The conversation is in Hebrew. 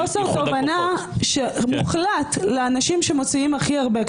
יש חוסר כוונה מוחלט לאנשים שמוציאים הכי הרבה.